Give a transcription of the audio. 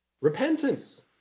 repentance